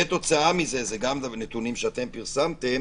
כתוצאה מזה זה גם נתונים שאתם פרסמתם